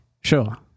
Sure